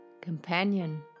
companion